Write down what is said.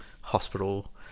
hospital